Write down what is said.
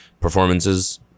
Performances